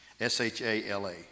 S-H-A-L-A